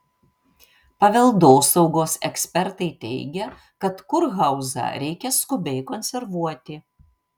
paveldosaugos ekspertai teigia kad kurhauzą reikia skubiai konservuoti